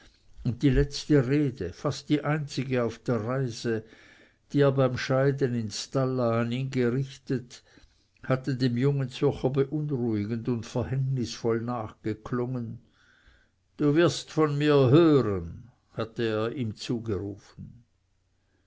und die letzte rede fast die einzige auf der reise die er beim scheiden in stalla an ihn gerichtet hatte dem jungen zürcher beunruhigend und verhängnisvoll nachgeklungen du wirst von mir hören hatte er ihm zugerufen